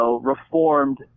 reformed